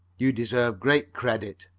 you deserve great credit.